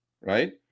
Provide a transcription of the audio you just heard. right